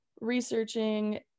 researching